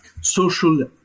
social